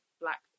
black